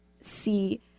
see